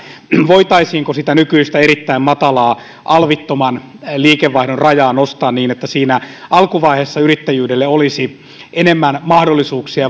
voitaisiinko sitä nykyistä erittäin matalaa alvittoman liikevaihdon rajaa nostaa niin että siinä alkuvaiheessa yrittäjyydelle olisi enemmän mahdollisuuksia